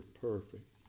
perfect